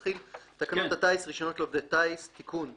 "תקנות הטיס (רישיונות לעובדי טיס)(תיקון מס'__),